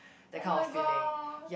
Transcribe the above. oh-my-god